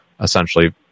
essentially